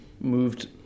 moved